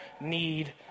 need